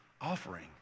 offering